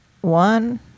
one